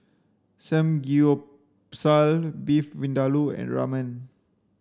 Beef Vindaloo and Ramen